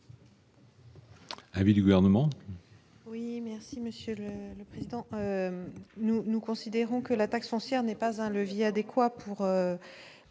Avis du gouvernement. Oui merci Michel, nous, nous considérons que la taxe foncière n'est pas un levier adéquat pour